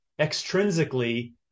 extrinsically